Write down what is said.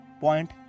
point